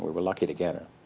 were were lucky to get her.